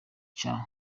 cya